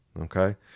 okay